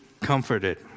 comforted